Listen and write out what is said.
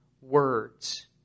words